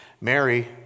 Mary